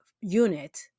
unit